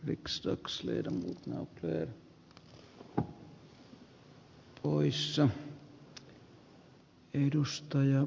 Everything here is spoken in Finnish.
yks stokcslied tulevaisuuden eväät